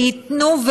וייתנו,